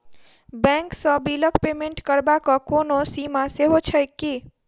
Bank सँ बिलक payment करबाक कोनो सीमा सेहो छैक की?